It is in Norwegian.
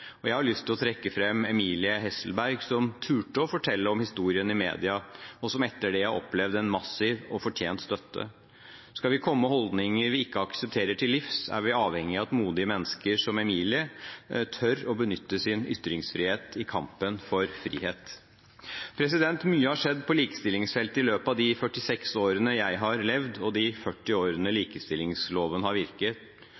og jeg har lyst til å trekke fram Emilie Hesselberg, som turte å fortelle om historien i media, og som etter det har opplevd en massiv og fortjent støtte. Skal vi komme holdninger vi ikke aksepterer, til livs, er vi avhengig av at modige mennesker som Emilie tør å benytte sin ytringsfrihet i kampen for frihet. Mye har skjedd på likestillingsfeltet i løpet av de 46 årene jeg har levd, og de 40 årene